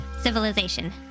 civilization